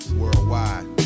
worldwide